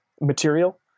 material